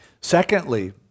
Secondly